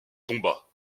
tomba